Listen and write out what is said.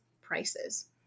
prices